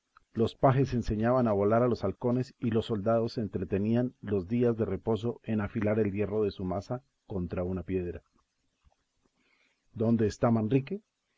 los pajes enseñaban a volar a los halcones y los soldados se entretenían los días de reposo en afilar el hierro de su maza contra una piedra dónde está manrique